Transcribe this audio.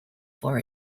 for